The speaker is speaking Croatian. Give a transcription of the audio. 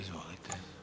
Izvolite.